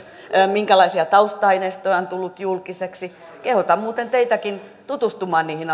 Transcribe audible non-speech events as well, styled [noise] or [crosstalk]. minkälaisia tausta aineistoja on tullut julkiseksi kehotan muuten teitäkin tutustumaan niihin [unintelligible]